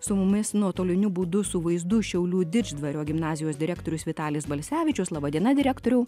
su mumis nuotoliniu būdu su vaizdu šiaulių dirždvario gimnazijos direktorius vitalis balsevičius laba diena direktoriau